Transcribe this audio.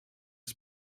des